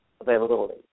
availability